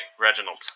Reginald